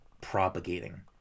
propagating